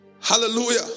Hallelujah